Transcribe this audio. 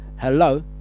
Hello